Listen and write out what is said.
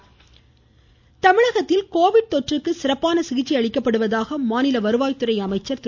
உதயகுமார் தமிழகத்தில் கோவிட் தொற்றுக்கு சிறப்பான சிகிச்சை அளிக்கப்படுவதாக மாநில வருவாய் துறை அமைச்சர் திரு